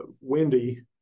Wendy